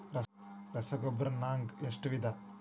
ರಸಗೊಬ್ಬರ ನಾಗ್ ಎಷ್ಟು ವಿಧ?